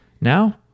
now